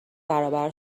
برابر